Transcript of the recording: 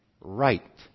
right